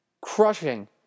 crushing